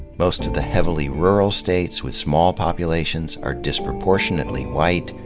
most of the heavily rural states with small populations are disproportionately white,